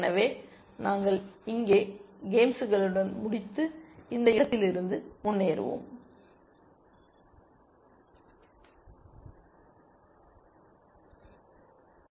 எனவே நாங்கள் இங்கே கேம்களுடன் முடித்து இந்த இடத்திலிருந்து முன்னேறுவோம்